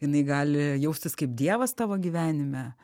jinai gali jaustis kaip dievas tavo gyvenime